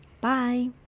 bye